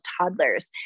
toddlers